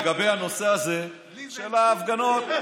לגבי הנושא הזה של ההפגנות,